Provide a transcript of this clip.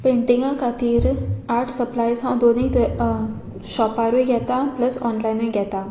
पेंटिंगा खातीर art supplies हांव दोनीय शॉपारूय घेता प्लस ऑनलायनूय घेता